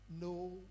no